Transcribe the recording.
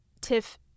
Tiff